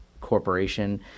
Corporation